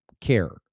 care